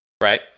Right